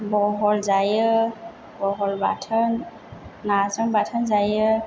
बहल जायो बहल बाथोन नाजों बाथोन जायो